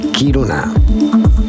Kiruna